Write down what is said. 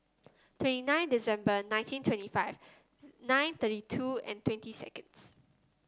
twenty nine December nineteen twenty five nine thirty two and twenty seconds